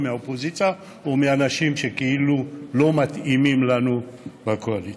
מהאופוזיציה או מאנשים שכאילו לא מתאימים לנו בקואליציה.